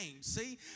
See